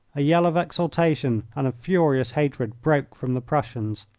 a yell of exultation and of furious hatred broke from the prussians.